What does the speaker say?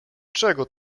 czego